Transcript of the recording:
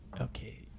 Okay